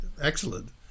excellent